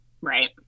Right